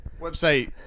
Website